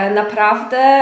naprawdę